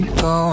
go